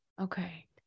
Okay